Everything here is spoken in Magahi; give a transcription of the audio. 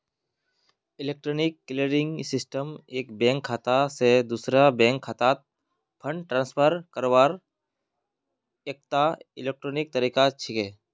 इलेक्ट्रॉनिक क्लियरिंग सिस्टम एक बैंक खाता स दूसरे बैंक खातात फंड ट्रांसफर करवार एकता इलेक्ट्रॉनिक तरीका छिके